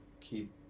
keep